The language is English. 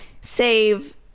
save